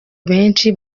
abenshi